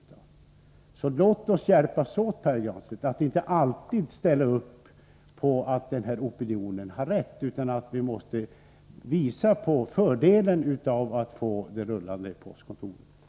103 Låt oss hjälpas åt, Pär Granstedt, att inte alltid ställa upp på att opinionen har rätt. Vi måste visa fördelen av att få det rullande postkontoret.